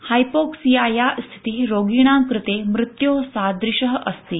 हाइपोक्सियायाः स्थितिः रोगिणाम् कृते मृत्योः सादृशःअस्ति